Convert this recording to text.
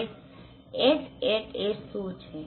હવે Hat શું છે